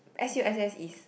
s_u_s_s is